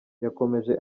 yakomeje